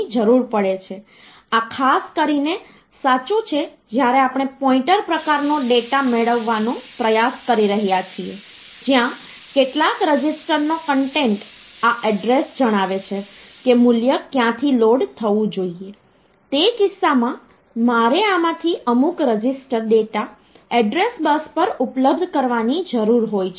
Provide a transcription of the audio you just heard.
ઉદાહરણ તરીકે આપણે ડેસિમલ નંબર સિસ્ટમથી પરિચિત છીએ ડેસિમલ નંબર સિસ્ટમમાં આપણને આ આધાર મૂલ્ય 10 તરીકે મળ્યું છે અને આપણી પાસે 0 1 2 થી 9 સુધીના પ્રતીકો અથવા અંકો હોય છે